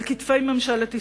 על כתפי ממשלת ישראל.